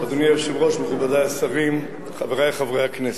אדוני היושב-ראש, מכובדי השרים, חברי חברי הכנסת,